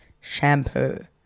shampoo